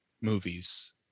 movies